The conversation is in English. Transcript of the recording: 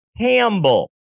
Campbell